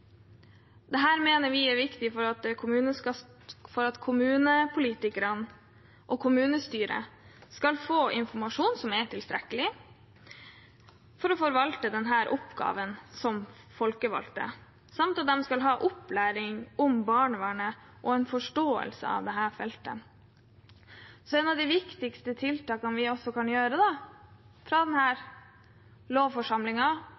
mener vi er viktig for at kommunepolitikerne og kommunestyret skal få informasjon som er tilstrekkelig for å kunne forvalte denne oppgaven som folkevalgte, samt at de skal få opplæring om barnevernet og ha en forståelse av dette feltet. Et av de viktigste tiltakene vi også kan gjøre fra denne lovgivende forsamlingen, er å sørge for at kommunene der ute har den